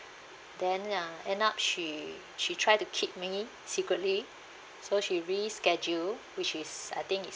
then uh end up she she try to keep me secretly so she reschedule which is I think is